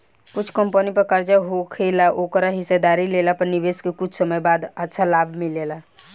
कुछ कंपनी पर कर्जा होखेला ओकर हिस्सेदारी लेला पर निवेशक के कुछ समय बाद अच्छा लाभ मिलेला